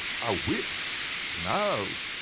a whip no.